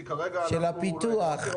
כי כרגע אנחנו בשלב הפיתוח --- של הפיתוח,